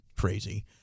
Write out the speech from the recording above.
crazy